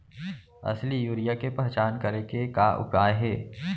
असली यूरिया के पहचान करे के का उपाय हे?